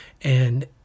and-